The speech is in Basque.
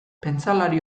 pentsalari